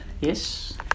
Yes